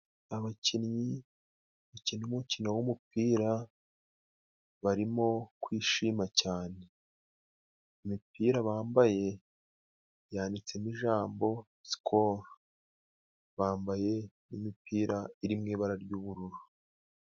Abakinnyi bakina umukino w'umupira barimo kwishima cyane. Imipira bambaye yanditsemo ijambo Sikolo bambaye imipira iri mu ibara ry'ubururu.